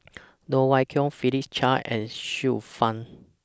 Loh Wai Kiew Philip Chia and Xiu Fang